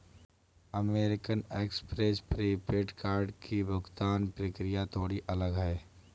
American Express prepaid card की भुगतान प्रक्रिया थोड़ी अलग है